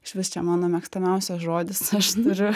išvis čia mano mėgstamiausias žodis aš turiu